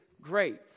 great